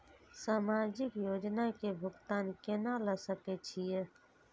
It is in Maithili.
समाजिक योजना के भुगतान केना ल सके छिऐ?